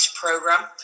program